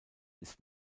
ist